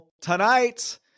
tonight